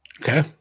Okay